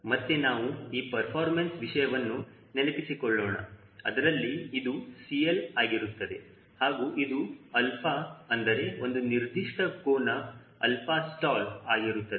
ಮತ್ತೆ ನಾವು ಈ ಪರ್ಫಾರ್ಮೆನ್ಸ್ ವಿಷಯವನ್ನು ನೆನಪಿಸಿಕೊಳ್ಳೋಣ ಅದರಲ್ಲಿ ಇದು CL ಆಗಿರುತ್ತದೆ ಹಾಗೂ ಇದು ಅಲ್ಪ ಅಂದರೆ ಒಂದು ನಿರ್ದಿಷ್ಟ ಕೋನ ಅಲ್ಪ ಸ್ಟಾಲ್ ಆಗಿರುತ್ತದೆ